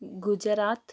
Gujarat